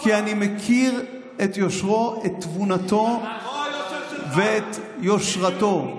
-- כי אני מכיר את יושרו, את תבונתו ואת יושרתו.